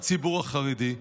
הציבור החרדי,